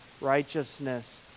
righteousness